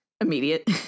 immediate